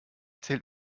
zählt